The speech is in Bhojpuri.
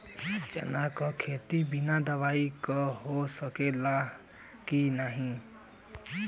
चना के खेती बिना दवाई के हो सकेला की नाही?